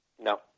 No